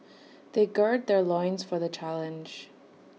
they gird their loins for the challenge